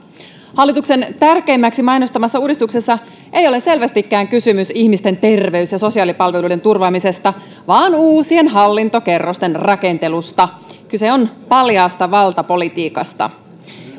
hallituksen tärkeimmäksi mainostamassa uudistuksessa ei ole selvästikään kysymys ihmisten terveys ja sosiaalipalveluiden turvaamisesta vaan uusien hallintokerrosten rakentelusta kyse on paljaasta valtapolitiikasta